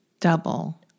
Double